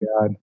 God